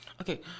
Okay